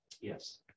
Yes